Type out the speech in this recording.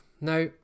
Now